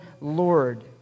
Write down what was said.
Lord